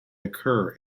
occur